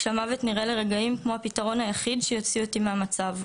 כשהמוות נראה לרגעים כמו הפתרון היחיד שיוציא אותי מהמצב,